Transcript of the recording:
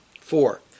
Four